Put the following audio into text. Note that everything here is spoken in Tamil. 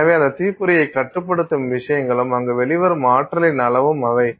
எனவே அந்த தீப்பொறியைக் கட்டுப்படுத்தும் விஷயங்களும் அங்கு வெளிவரும் ஆற்றலின் அளவும் அவை